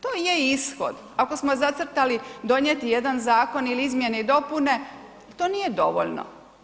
To je ishod, ako smo zacrtali donijeti jedan zakon ili izmjene i dopune to nije dovoljno.